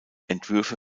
entwürfe